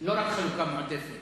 לא רק חלוקה מועדפת